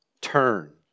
turn